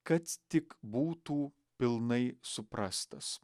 kad tik būtų pilnai suprastas